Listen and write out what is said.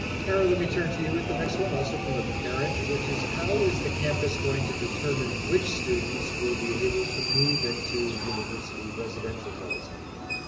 carol, let me turn to you with the next one, also from a parent, which is how is the campus going to determine which students will be able to move into university residential halls in the fall?